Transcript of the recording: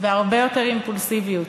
והרבה יותר אימפולסיביות.